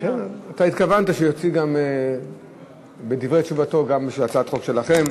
אתה התכוונת שהוא יציג בדברי תשובתו גם בשביל הצעת החוק שלכם.